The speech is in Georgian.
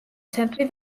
ცენტრი